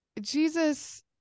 Jesus